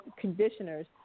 conditioners